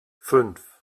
fünf